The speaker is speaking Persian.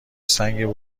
سنگ